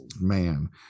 man